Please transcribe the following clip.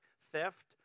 theft